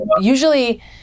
usually